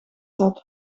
zat